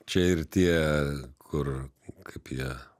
čia ir tie kur kaip jie